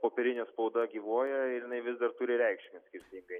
popierinė spauda gyvuoja ir jinai vis dar turi reikšmę skirtingai